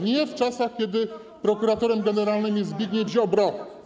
nie w czasach, kiedy prokuratorem generalnym jest Zbigniew Ziobro.